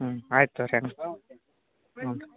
ಹ್ಞೂ ಆಯ್ತು ತೊಗೋರಿ ಹ್ಞೂ